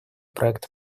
проекта